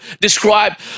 describe